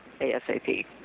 ASAP